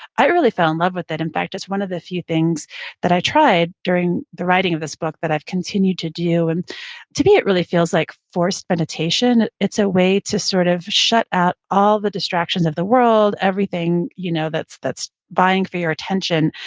i really fell in love with it. in fact, it's one of the few things that i tried during the writing of this book that i've continued to do. and to me, it really feels like forced meditation. it's a way to sort of shut out all the distractions of the world, everything you know that's that's buying for your attention,